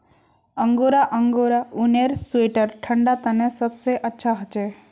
angora angora ऊनेर sweater ठंडा तने सबसे अच्छा हछे